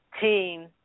Team